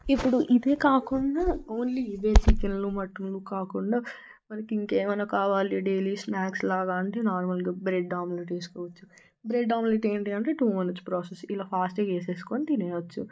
ఇప్పుడు ఇదే కాకుండా ఓన్లీ ఇదే చికెన్లు మటన్లు కాకుండా మనకు ఇంకేమైనా కావాలంటే డైలీ స్నాక్స్ లాగ అంటే నార్మల్గా బ్రెడ్ ఆమ్లెట్ చేసుకోవచ్చు బ్రెడ్ ఆమ్లెట్ ఏంటి అంటే టూ మినిట్స్ ప్రాసెస్ ఇలా ఫాస్ట్గా చేసేసుకొని తినేయొచ్చు